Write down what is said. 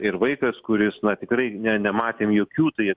ir vaikas kuris na tikrai ne nematėm jokių tai